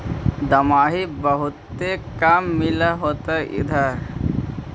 दमाहि बहुते काम मिल होतो इधर?